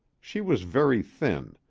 she was very thin,